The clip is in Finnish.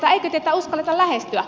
eikö teitä uskalleta lähestyä